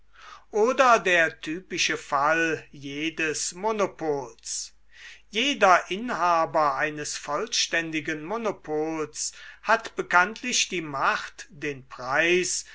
oder der typische fall jedes monopols jeder inhaber eines vollständigen monopols hat bekanntlich die macht den preis